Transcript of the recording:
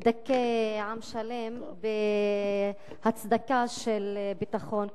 לדכא עם שלם בהצדקה של ביטחון.